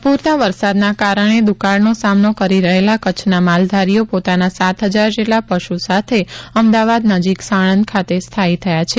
અપૂરતા વરસાદના કારણે દુકાળનો સામનો કરી રહેલા કચ્છના માલધારીઓ પોતાના સાત હજાર જેટલા પશુ સાથે અમદાવાદ નજીક સાણંદ ખાતે સ્થાયી થયા છે